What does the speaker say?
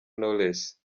knowless